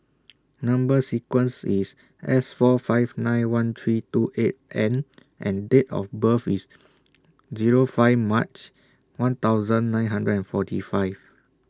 Number sequence IS S four five nine one three two eight N and Date of birth IS Zero five March one thousand nine hundred and forty five